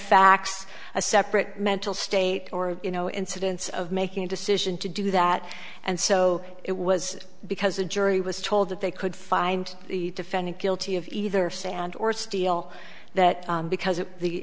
facts a separate mental state or you know incidents of making a decision to do that and so it was because a jury was told that they could find the defendant guilty of either stand or steel that because of the